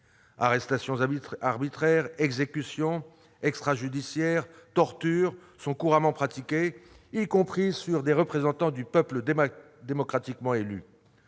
arrestations arbitraires, les exécutions extrajudiciaires, la torture sont couramment pratiquées, y compris sur des représentants du peuple démocratiquement élus.